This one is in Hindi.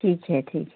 ठीक है ठीक है